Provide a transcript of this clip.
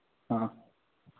हाँ